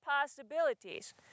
possibilities